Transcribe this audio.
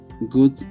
good